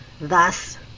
Thus